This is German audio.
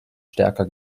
stärker